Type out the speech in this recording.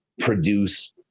produce